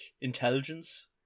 intelligence